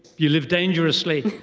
you live dangerously.